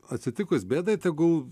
atsitikus bėdai tegul